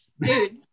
Dude